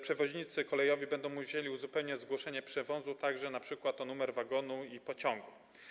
Przewoźnicy kolejowi będą musieli uzupełniać zgłoszenie przewozu także np. o numer wagonu i pociągu.